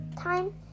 time